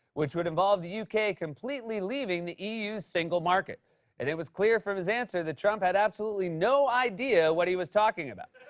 which would involve the u k. completely leaving the e u. single market, and it was clear from his answer that trump had absolutely no idea what he was talking about.